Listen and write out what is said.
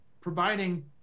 providing